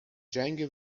جنگ